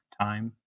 time